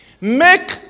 make